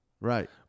Right